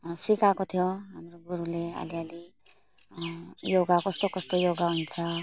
सिकाएको थियो हाम्रो गुरूले अलिअलि योगा कस्तो कस्तो योगा हुन्छ